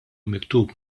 miktub